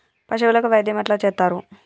పశువులకు వైద్యం ఎట్లా చేత్తరు?